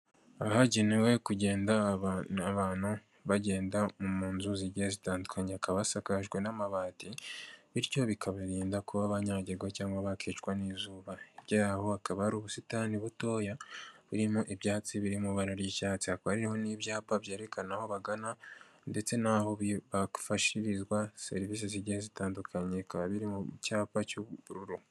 Ahagenewe kugenda abantu bagenda mu nzu zigiye zitandukanye, hakaba hasakajwe n'amabati bityo bikabarinda kuba banyagirwa cyangwa bakicwa n'izuba. Hirya y'abo hakaba hari ubusitani butoya burimo ibyatsi birimo by'ibara biri mu ibara ry'icyatsi n'ibyapa byerekana aho bagana ndetse n'aho bafashirizwa serivisi zigeiye zitandukanye bikaba biri mu cyapa cy'ubururu.